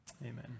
Amen